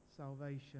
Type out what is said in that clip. Salvation